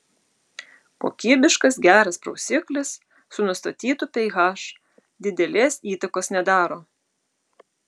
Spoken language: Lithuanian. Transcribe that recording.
kokybiškas geras prausiklis su nustatytu ph didelės įtakos nedaro